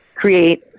create